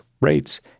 rates